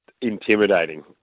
intimidating